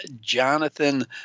Jonathan